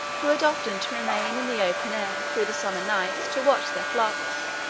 who had often to remain in the open air, through the summer nights, to watch their flocks.